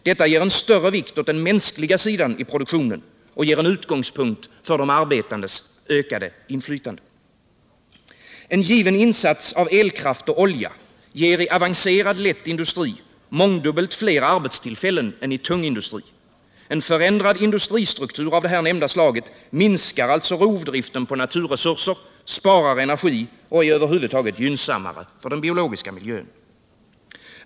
Detta ger en större vikt åt den mänskliga sidan i produktionen och ger en utgångspunkt för de arbetandes ökade inflytande. En given insats av elkraft och olja ger i avancerad lätt industri mångdubbelt fler arbetstillfällen än i tung industri. En förändrad industristruktur av det nämnda slaget minskar alltså rovdriften på naturresurser, sparar energi och är över huvud taget gynnsammare för den biologiska miljön.